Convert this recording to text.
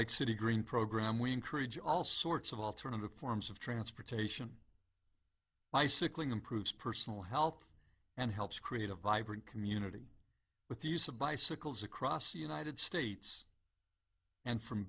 solid city green program we encourage all sorts of alternative forms of transportation bicycling improves personal health and helps create a vibrant community with the use of bicycles across the united states and from